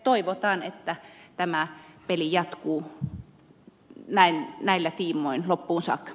toivotaan että tämä peli jatkuu näillä tiimoin loppuun saakka